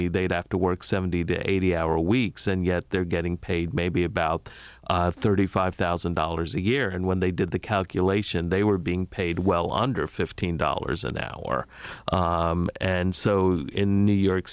me they'd have to work seventy to eighty hour weeks and yet they're getting paid maybe about thirty five thousand dollars a year and when they did the calculation they were being paid well under fifteen dollars an hour and so in new york